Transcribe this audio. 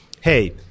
hey